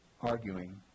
arguing